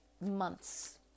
months